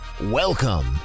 Welcome